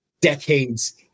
decades